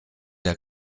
der